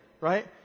right